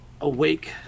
awake